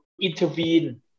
intervene